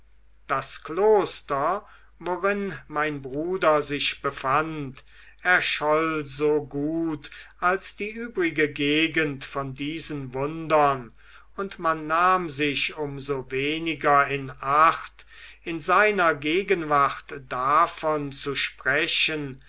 das kloster worin mein bruder sich befand erscholl so gut als die übrige gegend von diesen wundern und man nahm sich um so weniger in acht in seiner gegenwart davon zu sprechen